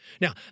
Now